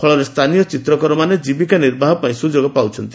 ଫଳରେ ସ୍ଚାନୀୟ ଚିତ୍ରକରମାନେ ଜୀବିକା ନିର୍ବାହ ପାଇଁ ସ୍ବୁଯୋଗ ପାଉଛନ୍ତି